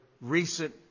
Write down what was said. recent